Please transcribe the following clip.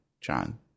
John